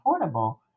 affordable